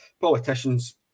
politicians